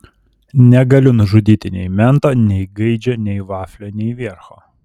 negaliu nužudyti nei mento nei gaidžio nei vaflio nei viercho